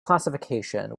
classification